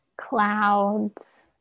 clouds